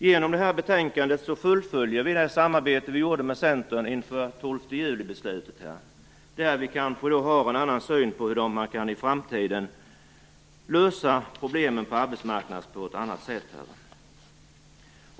Genom betänkandet fullföljer vi det samarbete vi hade med Centern inför 12 juli-beslutet, där vi kanske har en annan syn på hur man i framtiden kan lösa problemen på arbetsmarknaden.